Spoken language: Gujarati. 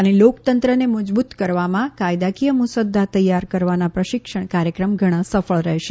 અને લોકતંત્રને મજબૂત કરવામાં કાયદાકીય મુસદ્દો તૈયાર કરવાના પ્રશિક્ષણ કાર્યક્રમ ઘણા સફળ રહેશે